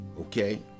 okay